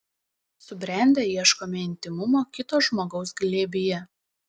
subrendę ieškome intymumo kito žmogaus glėbyje